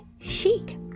chic